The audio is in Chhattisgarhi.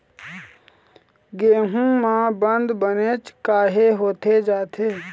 गेहूं म बंद बनेच काहे होथे जाथे?